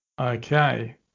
Okay